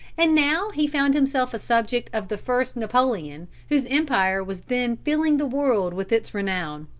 and now he found himself a subject of the first napoleon, whose empire was then filling the world with its renown.